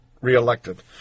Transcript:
reelected